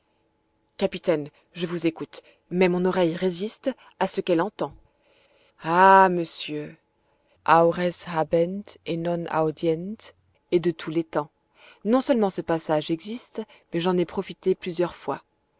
capitaine je vous écoute mais mon oreille résiste à ce qu'elle entend ah monsieur aures habent et non audient est de tous les temps non seulement ce passage existe mais j'en ai profité plusieurs fois